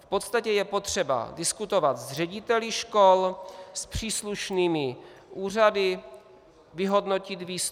V podstatě je potřeba diskutovat s řediteli škol, s příslušnými úřady, vyhodnotit výstupy.